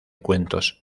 cuentos